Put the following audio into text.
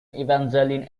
evangeline